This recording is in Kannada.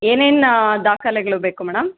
ಏನೇನು ದಾಖಲೆಗಳು ಬೇಕು ಮೇಡಮ್